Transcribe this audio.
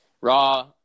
Raw